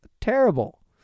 terrible